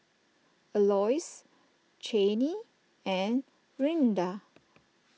Aloys Chanie and Rinda